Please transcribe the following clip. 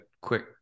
quick